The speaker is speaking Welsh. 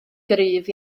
gryf